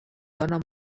dóna